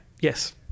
Yes